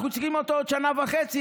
אנחנו צריכים אותו עוד שנה וחצי,